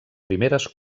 primeres